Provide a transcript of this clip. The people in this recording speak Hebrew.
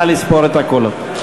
נא לספור את הקולות.